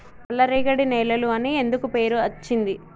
నల్లరేగడి నేలలు అని ఎందుకు పేరు అచ్చింది?